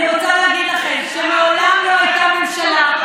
אני רוצה להגיד לכם שמעולם לא הייתה ממשלה,